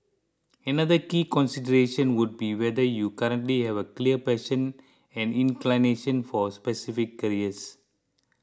another key consideration would be whether you currently have a clear passion and inclination for specific careers